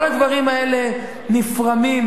כל הדברים האלה נפרמים,